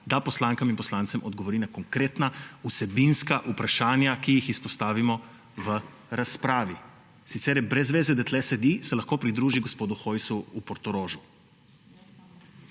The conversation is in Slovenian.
da poslankam in poslancem odgovori na konkretna vsebinska vprašanja, ki jih izpostavimo v razpravi. Sicer je brez zveze, da tukaj sedi, se lahko pridruži gospodu Hojsu v Portorožu.